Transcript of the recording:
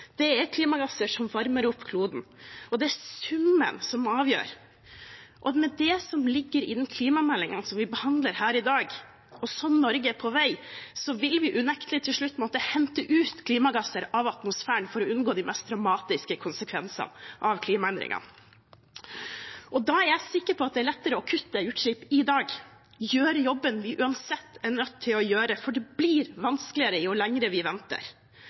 er klimagasser som varmer opp kloden, og det er summen som avgjør. Med det som ligger i den klimameldingen som vi behandler her i dag, og sånn Norge er på vei, vil vi unektelig til slutt måtte hente ut klimagasser av atmosfæren for å unngå de mest dramatiske konsekvensene av klimaendringene. Da er jeg sikker på at det er lettere å kutte utslipp i dag, gjøre jobben vi uansett er nødt til å gjøre, for det blir vanskeligere jo lenger vi venter.